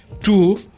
Two